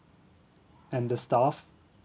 and the staff